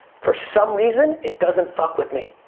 for some reason, it doesn't fuck with me.